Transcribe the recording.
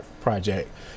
project